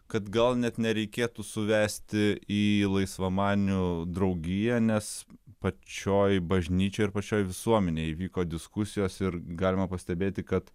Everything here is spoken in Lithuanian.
kad gal net nereikėtų suvesti į laisvamanių draugiją nes pačioj bažnyčioj ir pačioj visuomenėj vyko diskusijos ir galima pastebėti kad